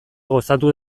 gozatu